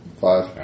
five